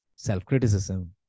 Self-criticism